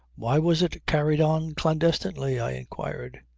why was it carried on clandestinely? i inquired.